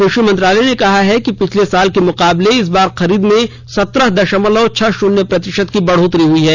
कृषि मंत्रालय ने कहा है कि पिछले साल के मुकाबले इस बार खरीद में सत्रह दशमलव छह शून्य प्रतिशत की बढ़ोतरी हुई है